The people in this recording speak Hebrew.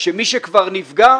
מי שכבר נפגע,